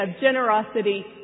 generosity